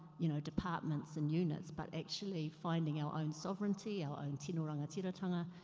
you know, departments and units, but actually finding our own sovereignty our own tina-wora-tia-tanga.